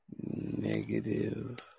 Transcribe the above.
Negative